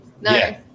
no